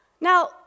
Now